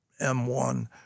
M1